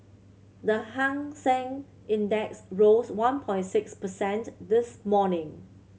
the Hang Seng Index rose one point six percent this morning